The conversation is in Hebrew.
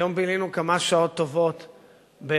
היום בילינו כמה שעות טובות במאבק,